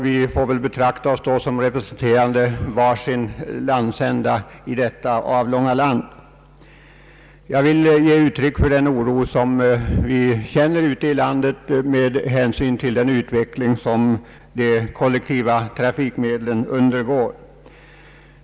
Vi får väl betrakta oss som representerande var sin landsända i detta avlånga land. Jag vill ge uttryck för den oro som man känner på många håll i landet inför den utveckling som de kollektiva trafikmedlen undergår.